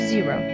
Zero